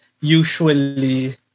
usually